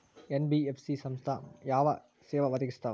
NBF ಸಂಸ್ಥಾ ಯಾವ ಸೇವಾ ಒದಗಿಸ್ತಾವ?